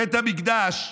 בית המקדש,